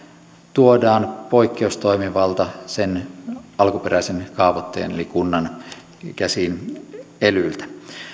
tuodaan poikkeustoimivalta sen alkuperäisen kaavoittajan eli kunnan käsiin elyltä